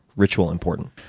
ritual important?